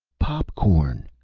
pop-corn!